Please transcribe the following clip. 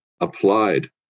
applied